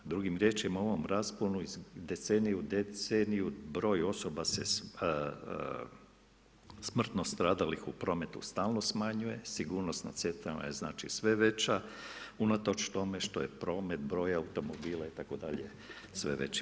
Drugim riječima u ovom rasponu iz decenije u deceniju broj osoba se smrtno stradalih u prometu stalno smanjuje, sigurnost na cestama je sve veća unatoč tome što je promet broja automobila itd. sve veći.